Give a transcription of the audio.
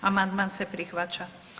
Amandman se prihvaća.